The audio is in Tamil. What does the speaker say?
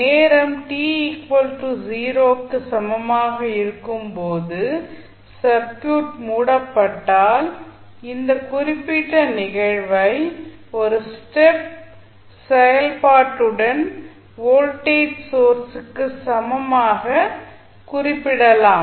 நேரம் t 0 க்கு சமமாக இருக்கும் போது சர்க்யூட் மூடப்பட்டால் இந்த குறிப்பிட்ட நிகழ்வை ஒரு ஸ்டெப் செயல்பாட்டுடன் வோல்டேஜ் சோர்ஸுக்கு சமமாக குறிப்பிடலாம்